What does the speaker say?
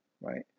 right